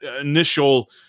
initial